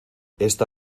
esta